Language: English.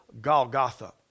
Golgotha